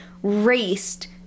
raced